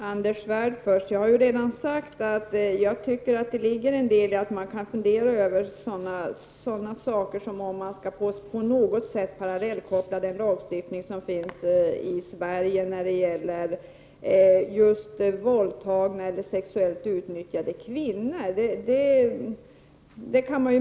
Herr talman! Jag har redan sagt att det finns anledning att fundera över att parallellkoppla lagstiftningen i Sverige med lagstiftning utomlands vad gäller våldtagna eller sexuellt utnyttjade kvinnor.